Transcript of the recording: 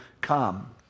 come